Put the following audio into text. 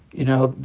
you know,